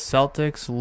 Celtics